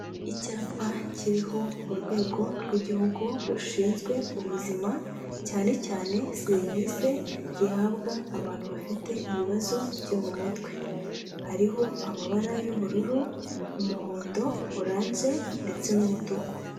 Icyapa kiriho urwego rw'igihugu rushinzwe ubuzima cyane cyane serivise zihabwa abantu bafite ibibazo byo mu mutwe. Hariho amabara y'ubururu, umuhondo, oranje ndetse n'umutuku.